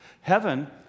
Heaven